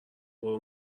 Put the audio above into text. برو